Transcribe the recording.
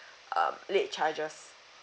um late charges